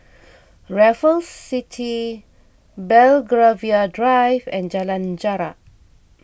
Raffles City Belgravia Drive and Jalan Jarak